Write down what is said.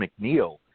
McNeil